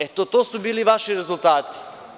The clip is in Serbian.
Eto, to su bili vaši rezultati.